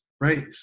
right